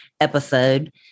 episode